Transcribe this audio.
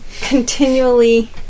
continually